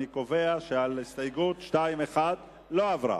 אני קובע שהסתייגות 1 לסעיף 2 לא עברה.